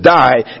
die